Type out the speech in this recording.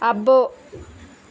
అబ్బో